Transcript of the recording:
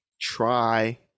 Try